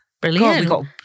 Brilliant